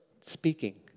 speaking